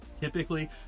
Typically